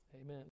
Amen